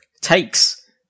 takes